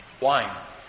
wine